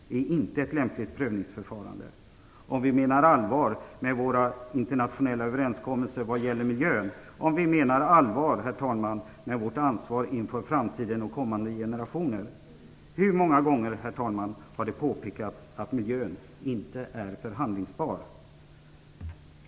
Det är inte ett lämpligt prövningsförfarande om vi menar allvar med våra internationella överenskommelser vad gäller miljö, och om vi, herr talman, menar allvar med vårt ansvar inför framtiden och kommande generationer. Herr talman! Hur många gånger har det påpekats att miljön inte är förhandlingsbar.